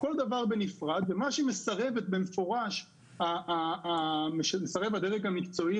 כל דבר בנפרד ומה שהיא מסרבת במפורש ומסרב הדרג המקצועי